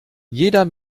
jeder